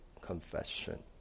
Confession